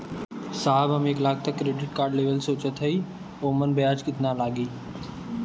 साहब हम एक लाख तक क क्रेडिट कार्ड लेवल सोचत हई ओमन ब्याज कितना लागि?